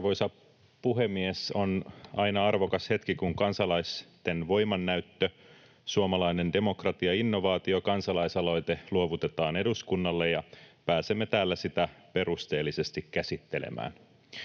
Arvoisa puhemies! On aina arvokas hetki, kun kansalaisten voimannäyttö, suomalainen demokratiainnovaatio kansalaisaloite luovutetaan eduskunnalle ja pääsemme täällä sitä perusteellisesti käsittelemään.